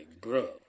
bro